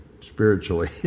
spiritually